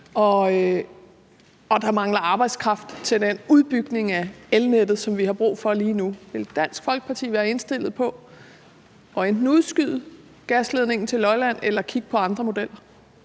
og der mangler arbejdskraft til den udbygning af elnettet, som vi har brug for lige nu. Vil Dansk Folkeparti være indstillet på enten at udskyde gasledningen til Lolland eller kigge på andre modeller?